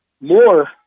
more